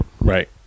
Right